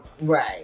Right